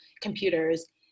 computers